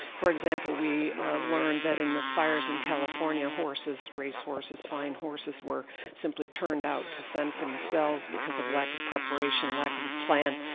for example, we learned that in the fires in california, horses, race horses, fine horses were simply turned out to fend for themselves because of lack of preparation, lack of a plan.